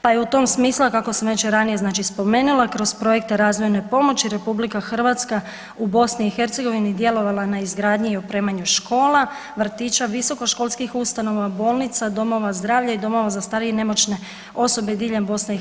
Pa je u tom smislu kako sam već ranije znači spomenula kroz projekte razvojne pomoći RH u BiH djelovala na izgradnji i opremanju škola, vrtića, visokoškolskih ustanova, bolnica, domova zdravlja i domova za starije i nemoćne osobe diljem BiH.